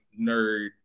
nerd